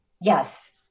Yes